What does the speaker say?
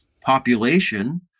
population